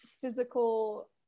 physical